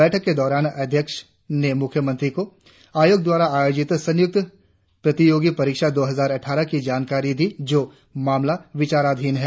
बैठक के दौरान अध्यक्ष ने मुख्यमंत्री को आयो द्वारा आयोजित संयुक्त प्रतियोगी परीक्षा दो हजार अट्ठार की जानकारी दी जो मामला विचाराधीन है